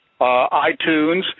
iTunes